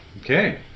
Okay